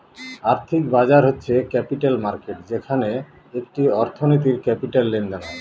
আর্থিক বাজার হচ্ছে ক্যাপিটাল মার্কেট যেখানে একটি অর্থনীতির ক্যাপিটাল লেনদেন হয়